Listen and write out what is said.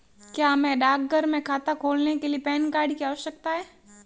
क्या हमें डाकघर में खाता खोलने के लिए पैन कार्ड की आवश्यकता है?